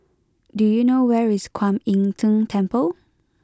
do you know where is Kwan Im Tng Temple